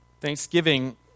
Thanksgiving